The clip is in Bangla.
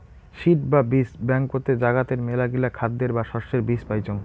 সিড বা বীজ ব্যাংকতে জাগাতের মেলাগিলা খাদ্যের বা শস্যের বীজ পাইচুঙ